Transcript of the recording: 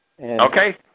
Okay